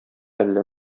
әллә